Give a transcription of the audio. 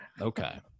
Okay